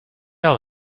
all